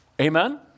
Amen